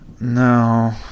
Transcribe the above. No